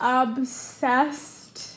obsessed